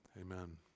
amen